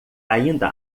ainda